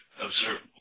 observable